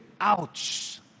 Ouch